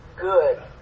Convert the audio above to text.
good